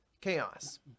chaos